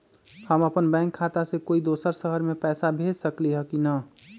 हम अपन बैंक खाता से कोई दोसर शहर में पैसा भेज सकली ह की न?